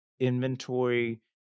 Inventory